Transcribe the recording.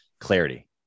clarity